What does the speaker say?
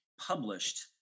published